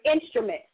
instruments